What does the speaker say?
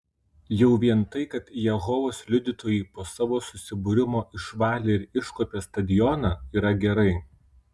jau vien tai kad jehovos liudytojai po savo susibūrimo išvalė ir iškuopė stadioną yra gerai